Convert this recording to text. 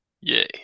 yay